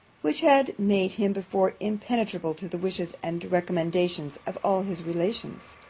which had made him before impenetrable to the wishes and recommendations of all his relations.